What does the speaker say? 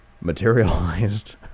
materialized